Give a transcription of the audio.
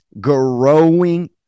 growing